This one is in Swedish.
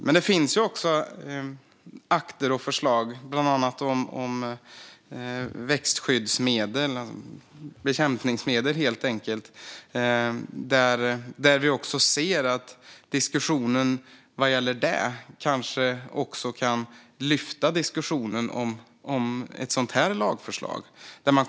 Men det finns också akter och förslag om bland annat växtskyddsmedel - bekämpningsmedel, helt enkelt - där vi ser att diskussionen kanske även kan lyfta diskussionen om ett sådant lagförslag.